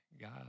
God